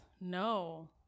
No